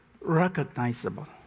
recognizable